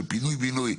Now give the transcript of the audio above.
של פינוי בינוי,